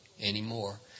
anymore